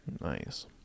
Nice